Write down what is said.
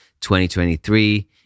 2023